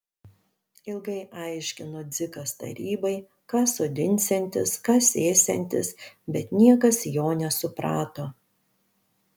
ilgai aiškino dzikas tarybai ką sodinsiantis ką sėsiantis bet niekas jo nesuprato